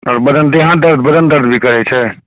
आओर बदन देह हाथ दर्द बदन दर्द भी करैत छै